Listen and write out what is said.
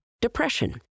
depression